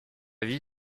vie